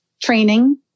training